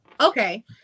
Okay